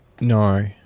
No